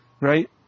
right